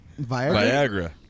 Viagra